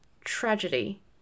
tragedy